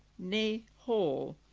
nee hall.